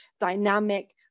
dynamic